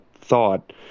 thought